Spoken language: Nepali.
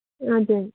हजुर